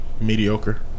Mediocre